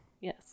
Yes